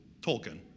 Tolkien